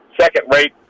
second-rate